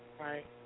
Right